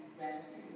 rescue